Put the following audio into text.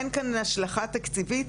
אין כאן השלכה תקציבית.